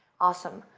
awesome.